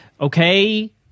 okay